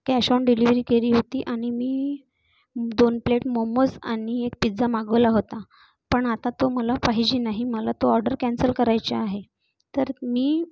cash on delivery केली होती आणि मी दोन प्लेट मोमोज आणि एक पिझ्झा मागवला होता पण आता तो मला पाहिजे नाही मला तो ऑर्डर कॅन्सल करायची आहे तर मी